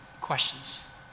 questions